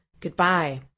Goodbye